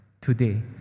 today